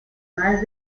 más